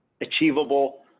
achievable